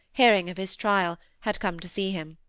hearing of his trial, had come to see him.